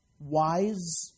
wise